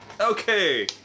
Okay